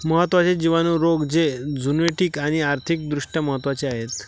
महत्त्वाचे जिवाणू रोग जे झुनोटिक आणि आर्थिक दृष्ट्या महत्वाचे आहेत